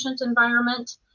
environment